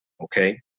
Okay